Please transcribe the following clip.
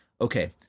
okay